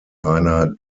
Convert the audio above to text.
einer